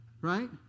Right